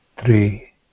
Three